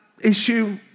issue